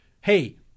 hey